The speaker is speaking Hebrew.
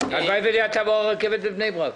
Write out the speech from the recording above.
הלוואי והרכבת הייתה עוברת בבני ברק.